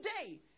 today